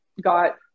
got